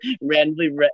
randomly